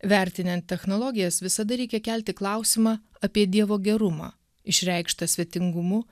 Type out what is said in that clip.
vertinant technologijas visada reikia kelti klausimą apie dievo gerumą išreikštą svetingumu